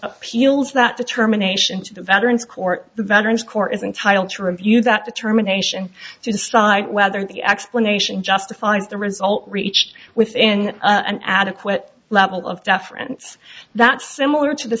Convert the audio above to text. appeals that determination to the veterans court the veterans court is entitled to review that determination to decide whether the explanation justifies the result reached within an adequate level of deference that similar to the